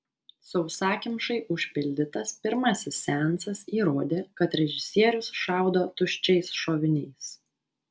sausakimšai užpildytas pirmasis seansas įrodė kad režisierius šaudo tuščiais šoviniais